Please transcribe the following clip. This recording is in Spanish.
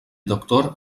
doctor